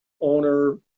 owner